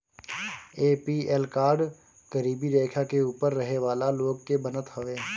APL card गरीबी रेखा के ऊपर रहे वाला लोग के बनत हवे